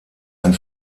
ein